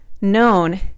known